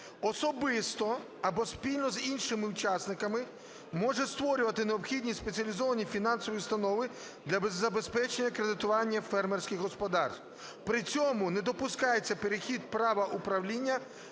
особисто або спільно з іншими учасниками може створювати необхідні спеціалізовані фінансові установи для забезпечення кредитування фермерських господарств. При цьому не допускається перехід права управління